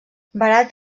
barat